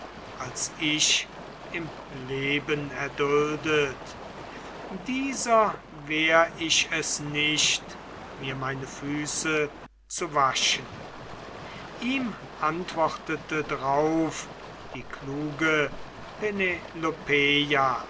als ich im leben erduldet dieser wehr ich es nicht mir meine füße zu waschen ihm antwortete drauf die kluge